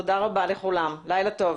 תודה רבה לכולם, לילה טוב.